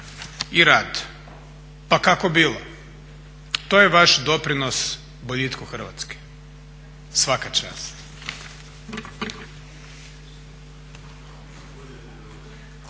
i rad, pa kako bilo. TO je vaš doprinos boljitku Hrvatske. Svaka čast.